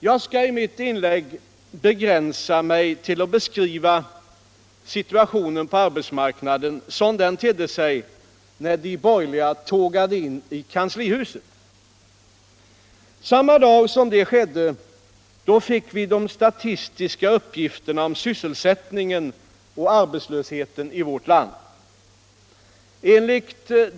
Jag skall i mitt inlägg begränsa mig till att beskriva situationen på arbetsmarknaden som den tedde sig när de borgerliga tågade in i kanslihuset. Samma dag som detta skedde fick vi de statistiska uppgifterna om sysselsättningen och arbetslösheten i landet.